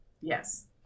Yes